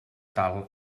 tal